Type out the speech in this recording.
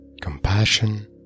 compassion